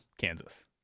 Kansas